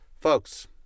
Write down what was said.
Folks